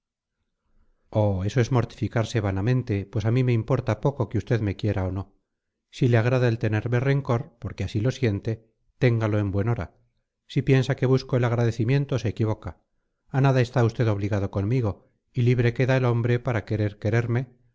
eso es mortificarse vanamente pues a mí me importa poco que usted me quiera o no si le agrada el tenerme rencor porque así lo siente téngalo en buen hora si piensa que busco el agradecimiento se equivoca a nada está usted obligado conmigo y libre queda el hombre para querer quererme